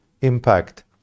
impact